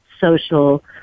social